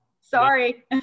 sorry